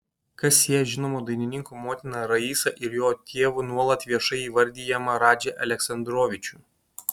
kas sieja žinomo dainininko motiną raisą ir jo tėvu nuolat viešai įvardijamą radžį aleksandrovičių